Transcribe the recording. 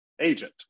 agent